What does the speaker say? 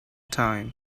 time